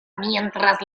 mientras